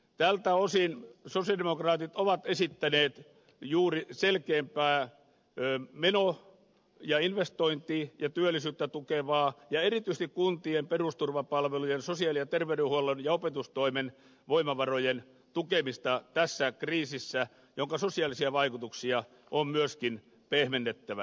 tältä osin sosialidemokraatit ovat esittäneet juuri selkeämpää meno ja investointi ja työllisyyttä tukevaa politiikkaa ja erityisesti kuntien perusturvapalvelujen sosiaali ja terveydenhuollon ja opetustoimen voimavarojen tukemista tässä kriisissä jonka sosiaalisia vaikutuksia on myöskin pehmennettävä